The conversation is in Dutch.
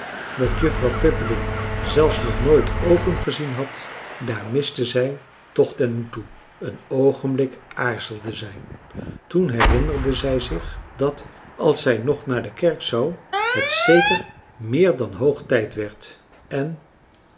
dat juffrouw pippeling zelfs nog nooit open gezien had daar miste zij toch den moed toe een oogenblik aarzelde zij toen herinnerde zij zich dat als zij nog naar de kerk zou het zeker meer dan hoog tijd werd en